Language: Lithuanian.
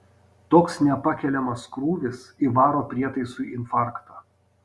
toks nepakeliamas krūvis įvaro prietaisui infarktą